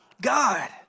God